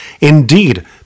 Indeed